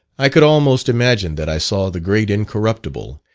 i could almost imagine that i saw the great incorruptible,